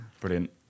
Brilliant